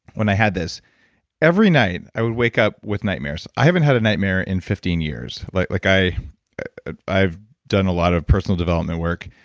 when i had this every night i would wake up with nightmares. i haven't had a nightmare in fifteen years. like like i've done a lot of personal development work,